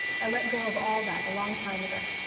i let go of all that a long time ago.